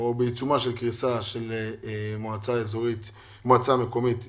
של מועצה מקומית קצרין.